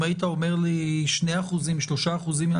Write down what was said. אם היית אומר לי שרק 2% או 3% מן